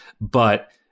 but-